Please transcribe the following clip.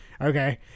Okay